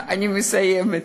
אני מסיימת.